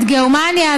את גרמניה,